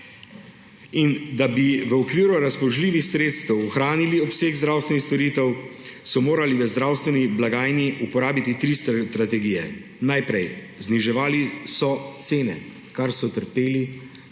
In da bi v okviru razpoložljivih sredstev ohranili obseg zdravstvenih storitev, so morali v zdravstveni blagajni uporabiti tri strategije. Najprej, zniževali so cene, zato so trpeli